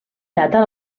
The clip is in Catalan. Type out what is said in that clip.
daten